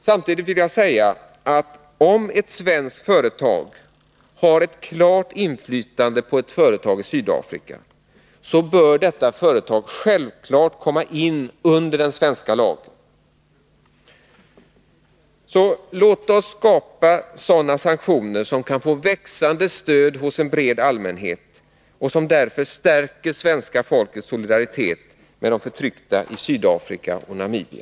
Samtidigt vill jag säga att om ett svenskt företag har ett klart inflytande på ett företag i Sydafrika, så bör detta företag självklart komma in under den svenska lagen. Låt oss skapa sådana sanktioner som kan få växande stöd hos en bred allmänhet och därför stärker svenska folkets solidaritet med de förtryckta i Sydafrika och Namibia.